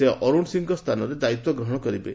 ସେ ଅରୁଣ ସିଂହଙ୍କ ସ୍ରାନରେ ଦାୟିତ୍ୱ ଗ୍ରହଣ କରିବେ